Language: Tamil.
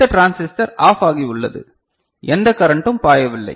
இந்த டிரான்சிஸ்டர் ஆஃப் ஆகி உள்ளது எந்த கரண்டும் பாயவில்லை